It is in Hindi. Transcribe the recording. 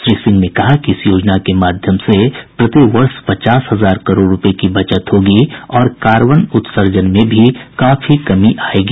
श्री सिंह ने कहा कि इस योजना के माध्यम से प्रतिवर्ष पचास हजार करोड़ रुपये की बचत होगी और कार्बन उत्सर्जन में भी काफी कमी आयेगी